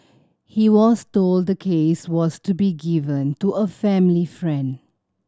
he was told the case was to be given to a family friend